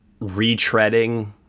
retreading